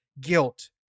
guilt